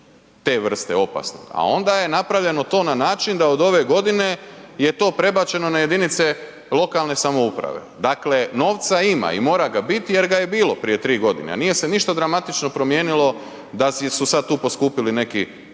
te vrste opasnoga a onda je napravljeno to na način da od ove godine je to prebačeno na jedinice lokalne samouprave. Dakle novca ima i mora ga biti jer ga je bilo prije 3 godine a nije se ništa dramatično promijenilo da su sad tu poskupili neki